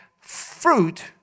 fruit